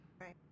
right